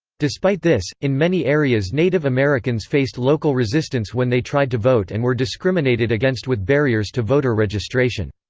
despite this, in many areas native americans faced local resistance when they tried to vote and were discriminated against with barriers to voter registration.